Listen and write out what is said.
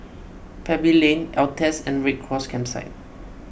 Pebble Lane Altez and Red Cross Campsite